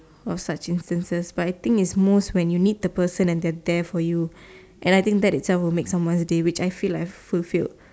no such instances but I think it's most when you need the person and they are there for you and I think that itself would make someone day which I feel like I fulfilled